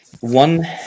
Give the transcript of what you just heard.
one